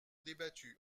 débattue